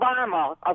Obama